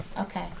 Okay